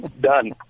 Done